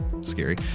scary